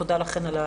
תודה לכן.